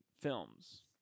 films